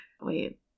Wait